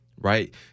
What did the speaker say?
right